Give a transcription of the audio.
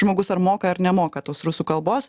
žmogus ar moka ar nemoka tos rusų kalbos